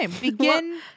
Begin